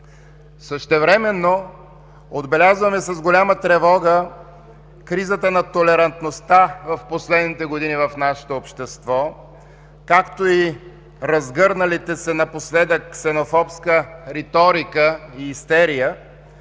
Същевременно отбелязваме с голяма тревога кризата на толерантността в последните години в нашето общество, както и разгърналите се напоследък ксенофобска риторика и истерия.